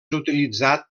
utilitzat